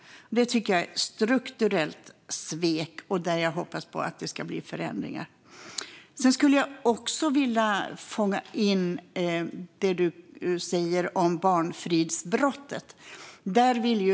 Detta tycker jag är ett strukturellt svek, och jag hoppas att det ska bli förändringar i detta. Jag vill även fånga in det du säger om barnfridsbrottet.